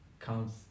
counts